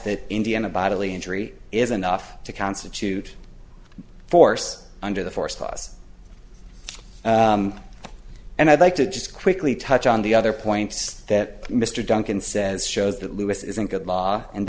that indiana bodily injury is enough to constitute force under the force laws and i'd like to just quickly touch on the other points that mr duncan says shows that lewis isn't good law and